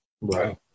Right